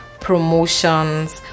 promotions